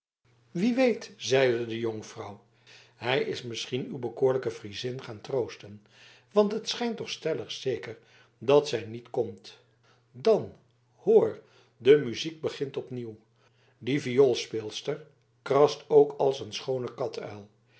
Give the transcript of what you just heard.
wie weet zeide de jonkvrouw hij is misschien uw bekoorlijke friezin gaan troosten want het schijnt toch stellig zeker dat zij niet komt dan hoor de muziek begint opnieuw die vioolspeelster krast ook als een schorre